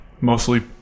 mostly